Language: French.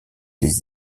des